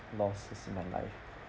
losses in my life